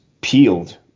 peeled